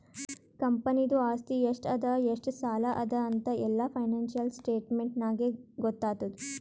ಕಂಪನಿದು ಆಸ್ತಿ ಎಷ್ಟ ಅದಾ ಎಷ್ಟ ಸಾಲ ಅದಾ ಅಂತ್ ಎಲ್ಲಾ ಫೈನಾನ್ಸಿಯಲ್ ಸ್ಟೇಟ್ಮೆಂಟ್ ನಾಗೇ ಗೊತ್ತಾತುದ್